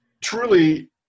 truly